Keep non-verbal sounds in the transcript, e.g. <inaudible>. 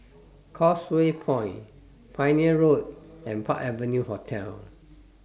<noise> Causeway Point Pioneer Road and Park Avenue Hotel